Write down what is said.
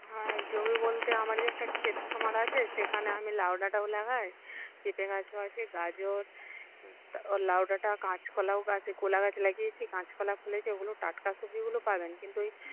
হ্যাঁ জমি বলতে আমারই একটা ক্ষেত খামার আছে সেখানে আমি লাউ ডাঁটাও লাগাই পেপে গাছও আছে গাজর লাউ ডাঁটা কাঁচ কলাও কলা গাছ লাগিয়েছি কাঁচ কলাও ফলেছে ওগুলো টাটকা সবজিগুলো পাবেন কিন্তু ওই